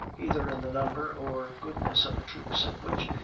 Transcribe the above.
either in the number or goodness of the troops, and which,